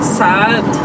sad